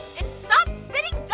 and stop spitting